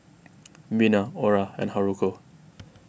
Bina Ora and Haruko